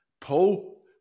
Paul